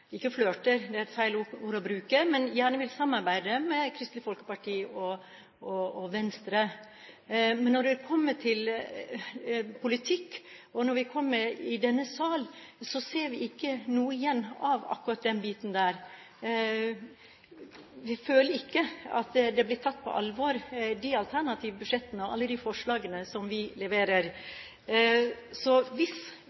ikke flørter – det er et feil ord å bruke – men gjerne vil samarbeide med Kristelig Folkeparti og Venstre. Men når det kommer til politikk, og når vi kommer i denne sal, ser vi ikke noe igjen av akkurat den biten. Vi føler ikke at de alternative budsjettene og alle de forslagene vi leverer, blir tatt på alvor.